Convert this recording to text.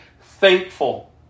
thankful